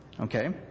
okay